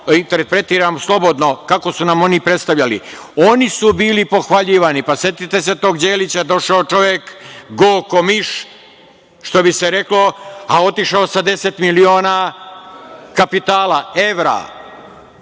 interpretiram, slobodno kako su nam oni predstavljali. Oni su bili pohvaljivani. Pa, setite se tog Đelića, došao čovek go ko miš, što bi se reklo, a otišao sa 10 miliona kapitala evra